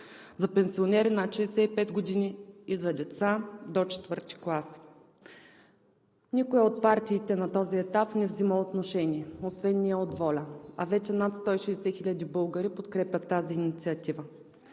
за пенсионери над 65 години и за деца до IV клас. Никоя от партиите на този етап не взима отношение, освен ние от ВОЛЯ, а вече над 160 хиляди българи подкрепят тази инициатива.